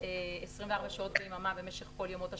24 שעות ביממה במשך כל ימות השנה.